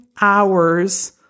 hours